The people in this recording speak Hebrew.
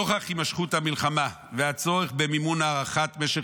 נוכח הימשכות המלחמה והצורך במימון הארכת משך